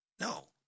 No